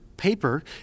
paper